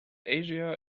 asia